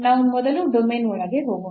ನಾವು ಮೊದಲು ಡೊಮೇನ್ ಒಳಗೆ ಹೋಗೋಣ